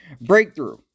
Breakthrough